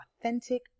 authentic